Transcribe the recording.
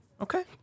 Okay